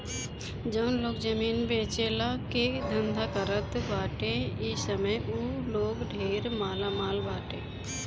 जउन लोग जमीन बेचला के धंधा करत बाटे इ समय उ लोग ढेर मालामाल बाटे